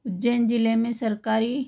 उज्जैन जिले में सरकारी